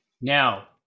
now